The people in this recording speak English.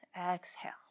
Exhale